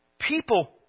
People